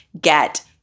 get